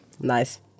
Nice